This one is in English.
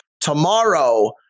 tomorrow